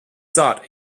sought